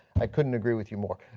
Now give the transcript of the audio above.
i couldn't agree with you more.